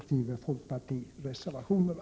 folkpartireservationerna.